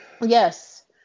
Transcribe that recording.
yes